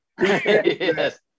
Yes